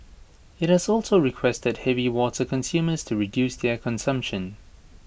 IT has also requested heavy water consumers to reduce their consumption